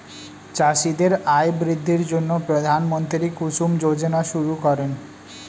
চাষীদের আয় বৃদ্ধির জন্য প্রধানমন্ত্রী কুসুম যোজনা শুরু করেন